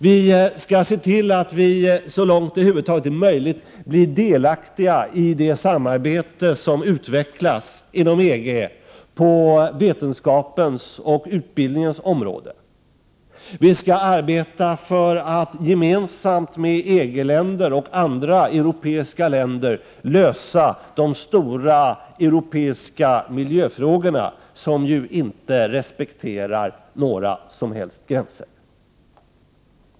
Vi skall, så långt det över huvud taget är möjligt, se till att vi blir delaktiga i det samarbete som utvecklas inom EG på vetenskapens och utbildningens område. Sverige skall arbeta för att gemensamt med EG-länder och andra europeiska länder lösa de stora europeiska miljöfrågorna, vilka ju inte respekterar några som helst gränser.